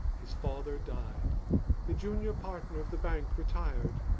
his father died the junior partner of the bank retired.